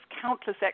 countless